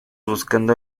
buscando